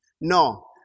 No